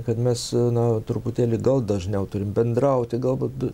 kad mes na truputėlį gal dažniau turim bendrauti galbūt